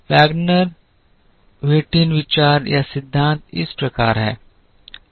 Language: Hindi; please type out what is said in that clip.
वैगनर व्हिटिन विचार या सिद्धांत इस प्रकार है